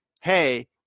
hey